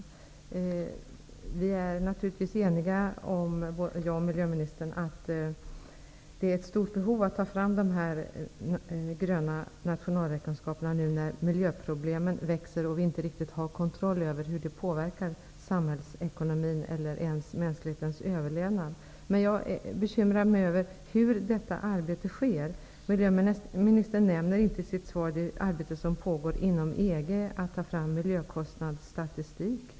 Miljöministern och jag är naturligtvis eniga om att det finns ett stort behov av gröna nationalräkenskaper, nu när miljöproblemen växer och vi inte riktigt har kontroll över hur detta påverkar samhällsekonomin eller ens mänsklighetens överlevnad. Men jag är bekymrad över hur detta arbete sker. Miljöministern nämnde inte i sitt svar det arbete som pågår inom EG med att ta fram miljökostnadsstatistik.